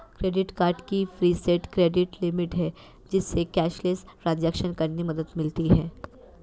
credit card की preset credit limit है, जिससे कैशलेस ट्रांज़ैक्शन करने में मदद मिलती है